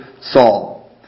Saul